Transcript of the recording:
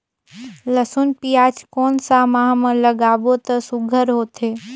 लसुन पियाज कोन सा माह म लागाबो त सुघ्घर होथे?